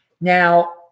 Now